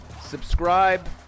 subscribe